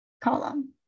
column